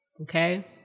okay